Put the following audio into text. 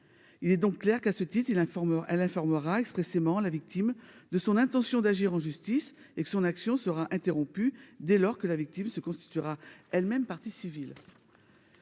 Il est donc clair, à ce titre, qu'elle informera expressément la victime de son intention d'agir en justice et que son action sera interrompue dès lors que la victime se constituera elle-même partie civile.